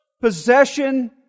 possession